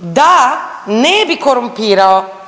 da ne bi korumpirao,